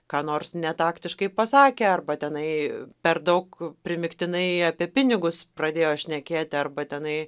ką nors netaktiškai pasakė arba tenai per daug primygtinai apie pinigus pradėjo šnekėti arba tenai